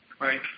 Right